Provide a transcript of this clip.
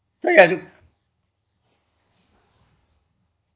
so you have to